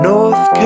North